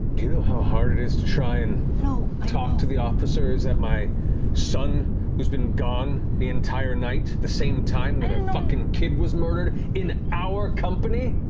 do you know how hard it is to try and talk to the officers that my son who's been gone the entire night? the same time that a fucking kid was murdered, in our company?